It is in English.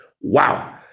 Wow